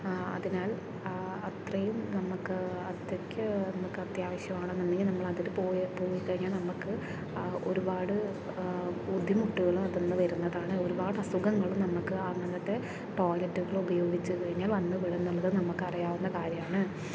അതിനാൽ അത്രയും നമ്മൾക്ക് വാർദ്ധക്യ നമ്മൾക്ക് അത്യാവശ്യമാണെന്നുണ്ടെങ്കിൽ നമ്മളതിൽ പോയി പോയിക്കഴിഞ്ഞാൽ നമ്മൾക്ക് ഒരുപാട് ബുദ്ധിമുട്ടുകളും അതിൽ നിന്ന് വരുന്നതാണ് ഒരുപാട് അസുഖങ്ങളും നമ്മൾക്ക് അങ്ങനത്തെ ടോയിലറ്റുകൾ ഉപയോഗിച്ചു കഴിഞ്ഞാൽ വന്ന് പെടുമെന്നുള്ളത് നമുക്കറിയാവുന്ന കാര്യമാണ്